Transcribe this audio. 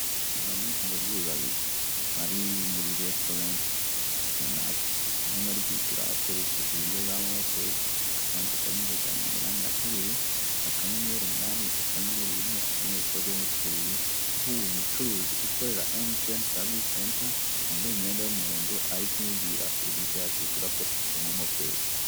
Aba ni ababyeyi babiri. Bari muri restaurant runaka, aho ari kwishyura akoresheje uburyo bwa MoMo Pay, akanze kanyenyeri, ijana na mirongo inani na kabiri, akanyenyeri umunani, akanyenyeri rimwe, akanyenyeri kode y'uucuruzi, aho uwo mucuruzi ukorera MTN service center, wambaye imyenda y'umuhondo, ari kumubwira uburyo yakishyura akoresheje MoMo Pay.